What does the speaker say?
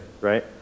right